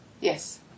Yes